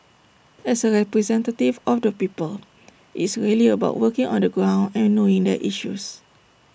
as A representative of the people it's really about working on the ground and knowing their issues